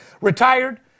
Retired